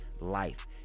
Life